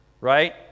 right